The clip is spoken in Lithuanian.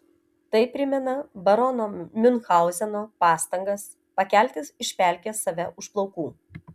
tai primena barono miunchauzeno pastangas pakelti iš pelkės save už plaukų